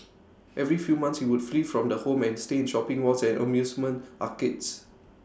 every few months he would flee from the home and stay in shopping malls and amusement arcades